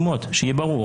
שיהיה ברור